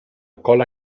cola